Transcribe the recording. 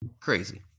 Crazy